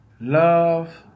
love